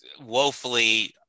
woefully